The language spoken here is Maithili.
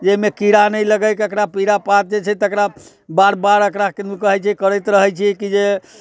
जे एहिमे कीड़ा नहि लागय एकरा पीरा पात जे छै तकरा बार बार एकरा किदुन कहैत छै करैत रहैत छियै कि जे